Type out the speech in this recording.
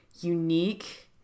unique